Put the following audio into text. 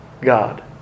God